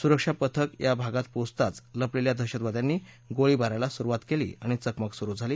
सुरक्षा पथक या भागात पोचताच लपलेल्या दहशतवाद्यांनी गोळीबाराला सुरुवात केली आणि चकमक सुरु झाली